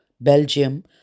Belgium